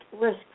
risk